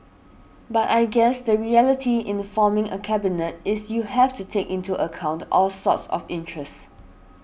but I guess the reality in forming a cabinet is you have to take into account all sorts of interests